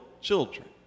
children